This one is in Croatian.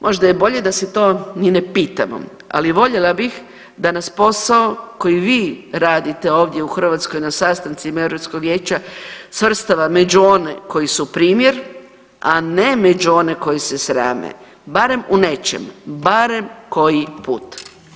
Možda je bolje da se to ni ne pitamo, ali voljela bih da nas posao koji vi radite ovdje u Hrvatskoj na sastancima Europskog vijeća svrstava među one koji su primjer, a ne među one koji se srame barem u nečem, barem koji put.